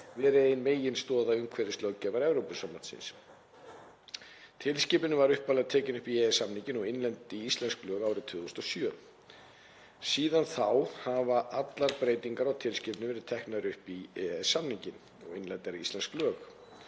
verið ein meginstoða umhverfislöggjafar Evrópusambandsins. Tilskipunin var upphaflega tekin upp í EES-samninginn og innleidd í íslensk lög árið 2007. Síðan þá hafa allar breytingar á tilskipuninni verið teknar upp í EES-samninginn og innleiddar í íslensk lög.